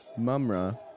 Mumra